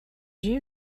you